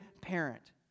parent